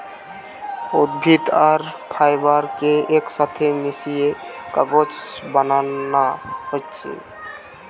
উদ্ভিদ আর ফাইবার কে একসাথে মিশিয়ে কাগজ বানানা হচ্ছে